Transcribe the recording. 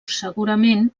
segurament